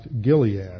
Gilead